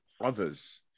others